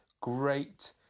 Great